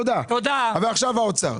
האוצר.